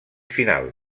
final